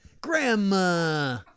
Grandma